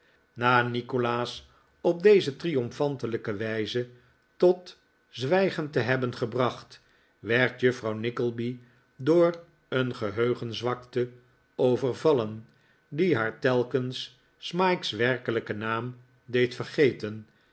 na nikolaas op deze triomfantelijke wijze tot zwijgem te hebben gebracht werd juffrouw nickleby door een geheugenzwakte overvallen die haar telkens smike's werkelijken naam deed vergeten